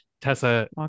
Tessa